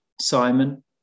Simon